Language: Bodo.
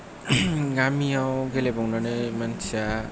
गामियाव गेलेबावनानै मानसिया